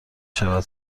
شود